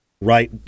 right